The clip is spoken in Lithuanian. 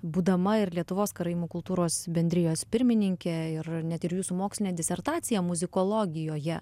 būdama ir lietuvos karaimų kultūros bendrijos pirmininkė ir net ir jūsų mokslinę disertaciją muzikologijoje